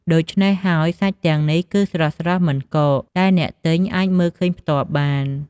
ដូច្នេះហើយ សាច់ទាំងនេះគឺស្រស់ៗ មិនកក ដែលអ្នកទិញអាចមើលឃើញផ្ទាល់បាន។